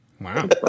Wow